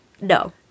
No